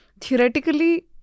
theoretically